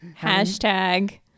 Hashtag